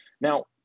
Now